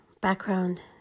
background